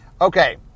Okay